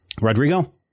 Rodrigo